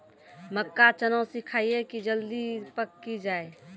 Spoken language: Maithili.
मक्का चना सिखाइए कि जल्दी पक की जय?